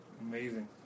Amazing